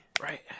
right